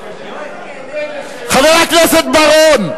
שהיועץ המשפטי, חבר הכנסת בר-און,